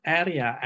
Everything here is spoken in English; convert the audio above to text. area